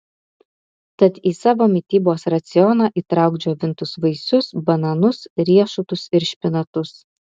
tad į savo mitybos racioną įtrauk džiovintus vaisius bananus riešutus ir špinatus